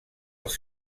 els